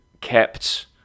kept